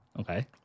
Okay